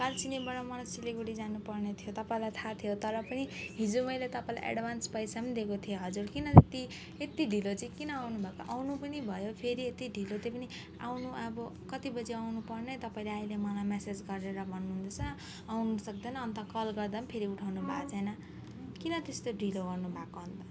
कालचिनीबाट मलाई सिलगढी जानुपर्ने थियो तपाईँलाई थाहा थियो तर पनि हिजो मैले तपाईँलाई एडभान्स पैसा पनि दिएको थिएँ हजुर किन यत्ति यत्ति ढिलो चाहिँ किन आउनुभएको आउनु पनि भयो फेरि यति ढिलो त्यही पनि आउनु अब कति बजी आउनुपर्ने तपाईँले अहिले मलाई म्यासेज गरेर भन्नुहुँदैछ आउनुसक्दैन अन्त कल गर्दा पनि फेरि उठाउनुभएको छैन किन त्यस्तो ढिलो गर्नुभएको अन्त